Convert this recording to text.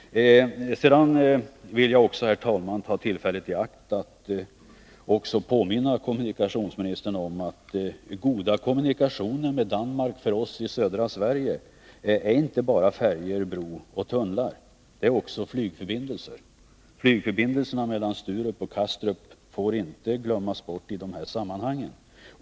Herr talman! Jag vill också ta tillfället i akt att påminna kommunikationsministern om att goda kommunikationer med Danmark för oss i södra Sverige inte bara innefattar färjor, broar och tunnlar utan också flygförbindelser. Flygförbindelserna mellan Sturup och Kastrup får inte glömmas bort i de här sammanhangen.